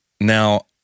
Now